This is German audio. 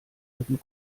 ihren